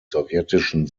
sowjetischen